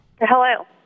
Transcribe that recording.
Hello